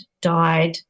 died